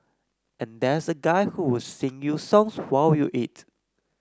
and there's a guy who would sing you songs while you eat